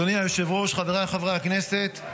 --- אדוני היושב-ראש, חבריי חברי הכנסת,